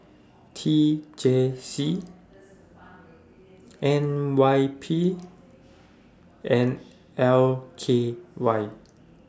T J C N Y P and L K Y